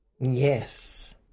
Yes